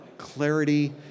Clarity